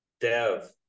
dev